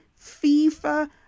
FIFA